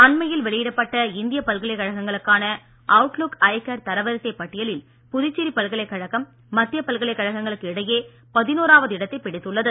அண்மையில் வெளியிடப்பட்ட இந்திய பல்கலைக்கழகங்களுக்கான அவுட்லுக் ஐகேர் தரவரிசை பட்டியலில் புதுச்சேரி பல்கலைக்கழகம் மத்திய பல்கலைக் கழகங்களுக்கு இடையே பதினோராவது இடத்தை பிடித்துள்ளது